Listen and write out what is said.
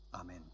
Amen